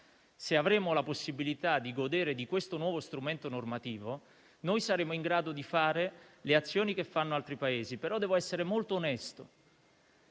Se avremo la possibilità di godere di questo nuovo strumento normativo, saremo in grado di compiere le azioni che fanno altri Paesi. Devo però essere molto onesto: